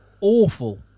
awful